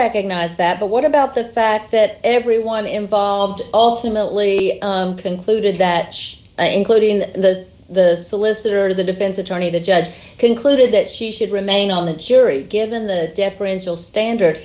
recognize that but what about the fact that everyone involved alternately concluded that including the the solicitor or the defense attorney the judge concluded that she should remain on the jury given the deferential standard